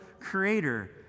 creator